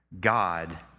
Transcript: God